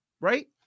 Right